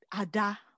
Ada